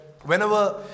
whenever